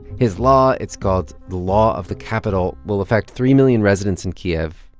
his law it's called the law of the capital will affect three million residents in kyiv,